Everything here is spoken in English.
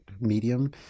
medium